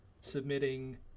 submitting